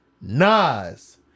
Nas